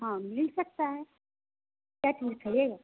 हाँ मिल सकता है क्या चीज़ चाहिए